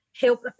help